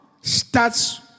starts